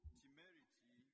temerity